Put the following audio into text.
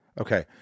Okay